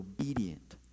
obedient